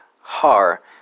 HAR